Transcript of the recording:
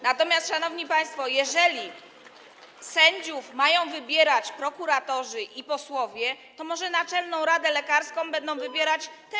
Natomiast, szanowni państwo, jeżeli sędziów mają wybierać prokuratorzy i posłowie, to może Naczelną Radę Lekarską będą wybierać też.